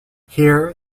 here